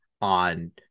on